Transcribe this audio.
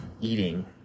eating